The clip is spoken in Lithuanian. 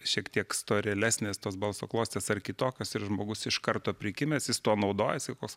šiek tiek storėlesnės tos balso klostės ar kitokios ir žmogus iš karto prikimęs jis tuo naudojasi koks